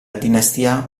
dinastia